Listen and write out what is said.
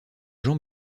jean